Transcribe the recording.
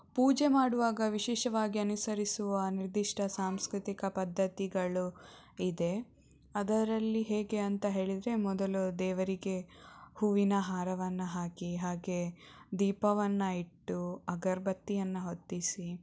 ಪೂಜೆ ಮಾಡುವಾಗ ವಿಶೇಷವಾಗಿ ಅನುಸರಿಸುವ ನಿರ್ದಿಷ್ಟ ಸಾಂಸ್ಕೃತಿಕ ಪದ್ದತಿಗಳು ಇದೆ ಅದರಲ್ಲಿ ಹೇಗೆ ಅಂತ ಹೇಳಿದರೆ ಮೊದಲು ದೇವರಿಗೆ ಹೂವಿನ ಹಾರವನ್ನು ಹಾಕಿ ಹಾಗೆ ದೀಪವನ್ನು ಇಟ್ಟು ಅಗರಬತ್ತಿಯನ್ನು ಹೊತ್ತಿಸಿ